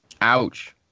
Ouch